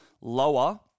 lower